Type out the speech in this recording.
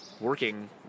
working